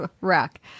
rack